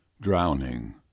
drowning